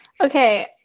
Okay